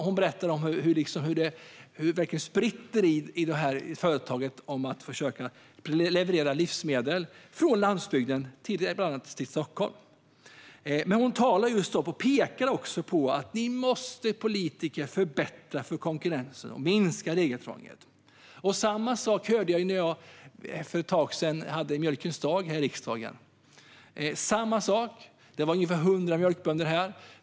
Hon berättade om hur det spritter i företaget för att försöka leverera livsmedel från landsbygden till bland annat Stockholm. Men hon pekade också på att vi politiker måste förbättra konkurrenskraften och minska regelkrånglet. Samma sak hörde jag när jag för ett tag sedan deltog i Mjölkens dag här i riksdagen. Det var ungefär 100 mjölkbönder här.